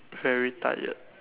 very tired